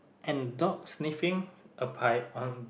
and dog sniffing a pie